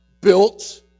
built